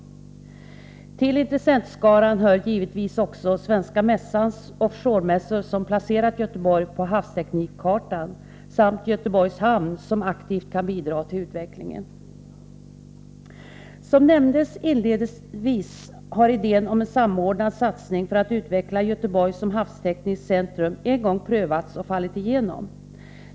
Till intressentskaran hör givetvis också Svenska mässans off shore-mässor, som placerat Göteborg på ”havsteknikkartan” samt Göteborgs hamn, som aktivt har bidragit till utvecklingen. Som nämndes inledningsvis har idén om en samordnad satsning för att utveckla Göteborg som havstekniskt centrum en gång prövats och fallit genom.